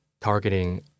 targeting